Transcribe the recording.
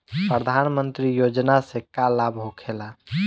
प्रधानमंत्री योजना से का लाभ होखेला?